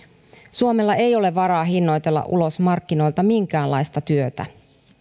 suomella ei ole varaa hinnoitella ulos markkinoilta minkäänlaista työtä